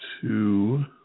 Two